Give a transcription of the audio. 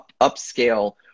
upscale